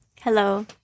Hello